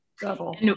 double